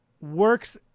works